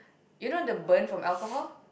you know the burn from alcohol